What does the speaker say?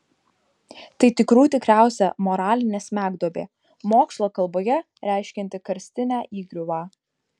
tai tikrų tikriausia moralinė smegduobė mokslo kalboje reiškianti karstinę įgriuvą